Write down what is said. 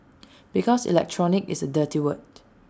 because electronic is A dirty word